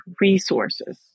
resources